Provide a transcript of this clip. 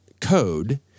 code